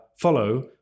follow